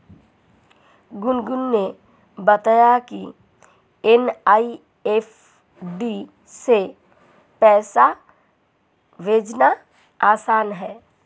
गुनगुन ने बताया कि एन.ई.एफ़.टी से पैसा भेजना आसान है